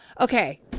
Okay